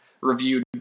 reviewed